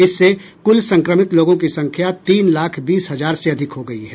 इससे कुल संक्रमित लोगों की संख्या तीन लाख बीस हजार से अधिक हो गई है